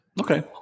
Okay